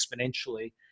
exponentially